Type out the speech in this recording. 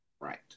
Right